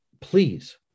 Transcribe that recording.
Please